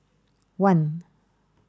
one